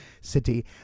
City